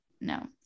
no